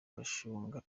bashunga